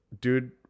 dude